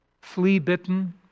Flea-bitten